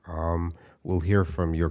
we'll hear from your